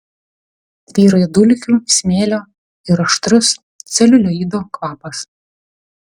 tvyrojo dulkių smėlio ir aštrus celiulioido kvapas